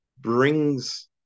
brings